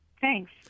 Thanks